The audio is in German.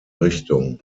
richtung